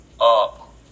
up